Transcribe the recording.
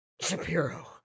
Shapiro